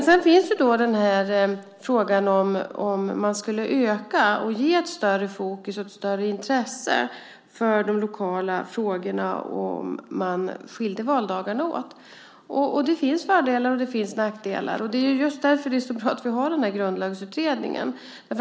Så finns då frågan om man skulle öka och ge ett större fokus och ett större intresse för de lokala frågorna om man skilde valdagarna åt. Det finns fördelar, och det finns nackdelar. Det är just därför det är så bra att vi har Grundlagsutredningen.